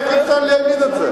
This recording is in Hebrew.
איך אפשר להבין את זה?